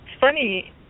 funny